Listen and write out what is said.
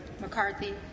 McCarthy